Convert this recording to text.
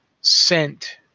sent